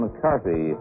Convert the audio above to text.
McCarthy